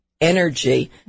energy